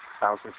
thousands